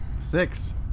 Six